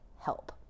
help